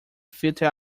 filter